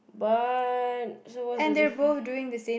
but so what's the difference